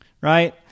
right